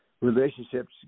Relationships